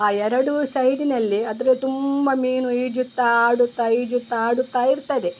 ಆ ಎರಡೂ ಸೈಡಿನಲ್ಲಿ ಅದರ ತುಂಬ ಮೀನು ಈಜುತ್ತಾ ಆಡುತ್ತಾ ಈಜುತ್ತಾ ಆಡುತ್ತಾ ಇರ್ತದೆ